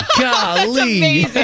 Golly